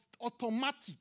automatic